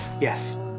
Yes